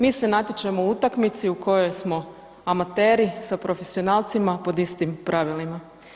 Mi se natječemo u utakmici u kojoj smo amateri sa profesionalcima pod istim pravilima.